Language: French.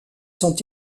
sont